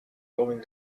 going